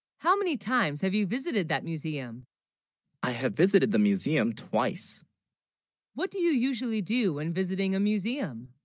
how many times have you visited that museum i have visited the museum twice what do you usually do when visiting a museum